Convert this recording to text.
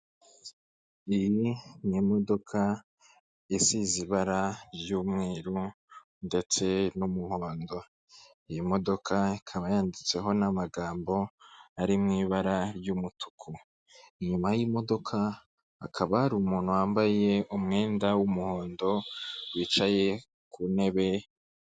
Iyi ni imodoka isize ibara ry'umweru ndetse n'umuhondo, iyi modoka ikaba yanditseho n'amagambo ari mu ibara ry'umutuku, inyuma y'imodoka hakaba hari umuntu wambaye umwenda w'umuhondo wicaye ku ntebe.